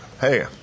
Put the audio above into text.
hey